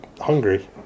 hungry